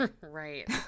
Right